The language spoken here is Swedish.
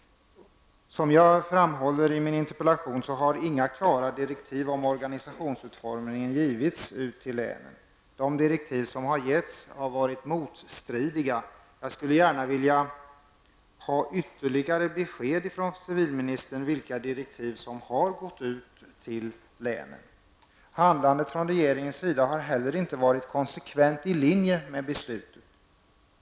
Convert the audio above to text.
Som jag framhåller i min interpellation har inga klara direktiv om organisationsutformningen givits till länen. De direktiv som har getts har varit motstridiga. Jag skulle gärna vilja ha ytterligare besked från civilministern vilka direktiv som har gått ut till länen. Regeringens handlande har inte heller varit konsekvent i linje med beslutet.